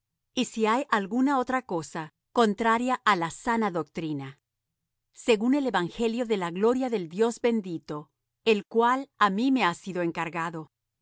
y si hay alguna otra cosa contraria á la sana doctrina según el evangelio de la gloria del dios bendito el cual á mí me ha sido encargado